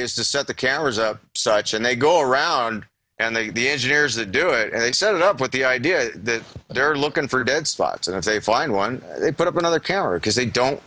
is to set the camera as such and they go around and they the engineers that do it and they set it up with the idea that they're looking for a dead spots and if they find one they put up another camera because they don't